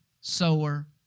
Sower